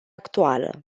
actuală